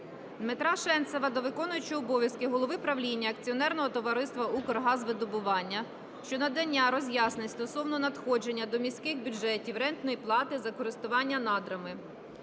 Дмитра Шенцева до виконуючого обов'язки голови правління Акціонерного товариства "Укргазвидобування" щодо надання роз'яснень стосовно надходження до міських бюджетів рентної плати за користування надрами.